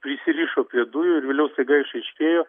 prisirišo prie dujų ir vėliau staiga išaiškėjo